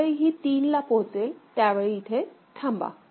ज्यावेळी ही 3 ला पोहोचेल त्यावेळी इथे थांबा